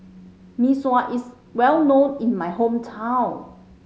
Mee Sua is well known in my hometown